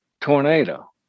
tornado